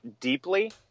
deeply